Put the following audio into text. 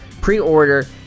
Pre-order